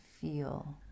feel